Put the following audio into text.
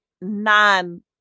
non